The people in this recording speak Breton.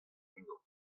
unan